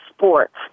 Sports